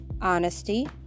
honesty